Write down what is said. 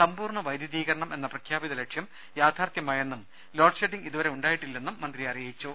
സമ്പൂർണ്ണ് വൈദ്യുതീകരണം എന്ന പ്രഖ്യാപിത ലക്ഷ്യം യാഥാർത്ഥ്യമായെന്നും ലോഡ് ഷെഡിംഗ് ഇതുവരെ ഉണ്ടായിട്ടില്ലെന്നും മന്ത്രി പറഞ്ഞു